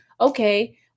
Okay